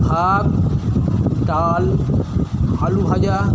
ভাত ডাল আলু ভাজা